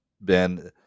Ben